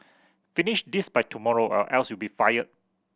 finish this by tomorrow or else you'll be fired